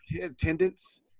attendance